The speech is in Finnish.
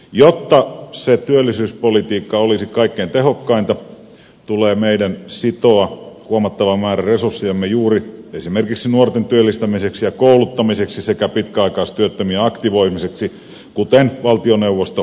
jotta se työllisyyspolitiikka olisi kaikkein tehokkainta tulee meidän sitoa huomattava määrä resurssejamme juuri esimerkiksi nuorten työllistämiseksi ja kouluttamiseksi sekä pitkäaikaistyöttömien aktivoimiseksi kuten valtioneuvosto esittääkin